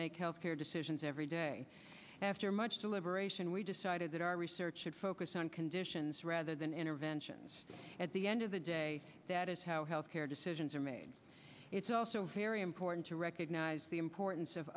make health care decisions every day after much deliberation we decided that our research should focus on conditions rather than interventions at the end of the day that is how health care decisions are made it's also very important to recognize the importance of